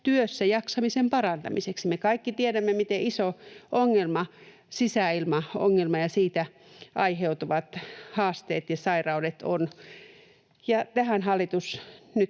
työssä jaksamisen parantamiseksi.” Me kaikki tiedämme, miten iso ongelma sisäilmaongelma ja siitä aiheutuvat haasteet ja sairaudet ovat, ja tähän hallitus nyt